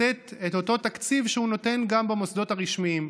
לתת את אותו תקציב שהוא נותן גם במוסדות הרשמיים.